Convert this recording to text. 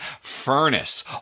Furnace